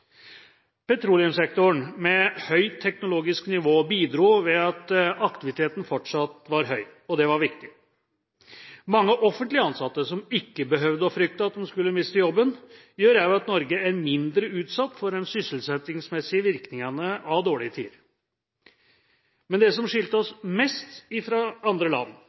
Petroleumssektoren, med høyt teknologisk nivå, bidro ved at aktiviteten fortsatt var høy, og det var viktig. Mange offentlig ansatte, som ikke behøver å frykte at de skal miste jobben, gjør også at Norge er mindre utsatt for de sysselsettingsmessige virkningene av dårlige tider. Men det som skilte oss mest fra andre land,